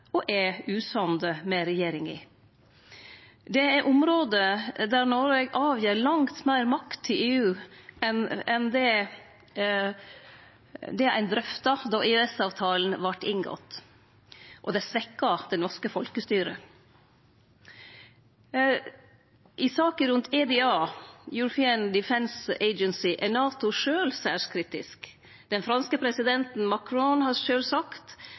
og er, usamd med regjeringa. Det er område der Noreg gir frå seg langt meir makt til EU enn det ein drøfta då EØS-avtalen vart inngått, og det svekkjer det norske folkestyret. I saka om EDA, European Defence Agency, er NATO sjølv særs kritisk. Den franske presidenten Macron har sagt